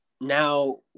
now